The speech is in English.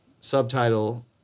subtitle